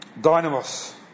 dynamos